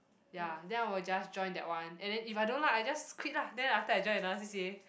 ya then I will just join that one and then if I don't like I just quit lah then after I join another C_C_A